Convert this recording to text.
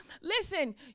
listen